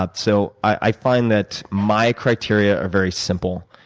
ah so i find that my criteria are very simple,